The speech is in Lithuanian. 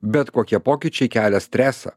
bet kokie pokyčiai kelia stresą